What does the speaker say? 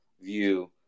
view